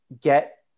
get